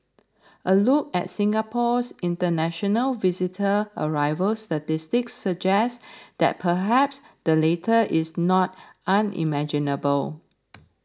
a look at Singapore's international visitor arrival statistics suggest that perhaps the latter is not unimaginable